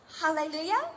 Hallelujah